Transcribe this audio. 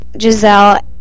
Giselle